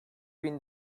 bin